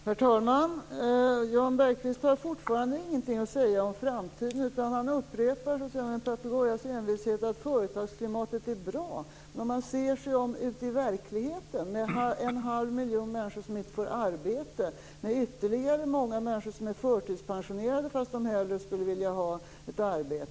Herr talman! Jan Bergqvist har fortfarande ingenting att säga om framtiden. Han upprepar med en papegojas envishet att företagsklimatet är bra. Men ser man sig om ute i verkligheten är det en halv miljon människor som inte får arbete och ytterligare många människor som är förtidspensionerade trots att de hellre skulle vilja ha ett arbete.